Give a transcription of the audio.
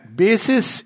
basis